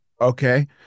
okay